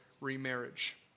remarriage